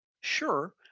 Sure